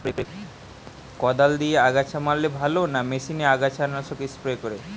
কদাল দিয়ে আগাছা মারলে ভালো না মেশিনে আগাছা নাশক স্প্রে করে?